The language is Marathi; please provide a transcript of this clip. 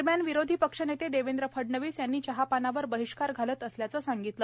दरम्यान विरोधी पक्ष नेते देवेंद्र फडणवीस यांनी चहापानावर बहिष्कार घालत असल्याचे सांगितले